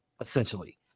essentially